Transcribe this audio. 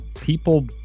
people